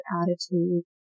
attitude